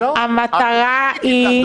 בחוק, הכנסת כבר דנה בו וקיבלה אותו.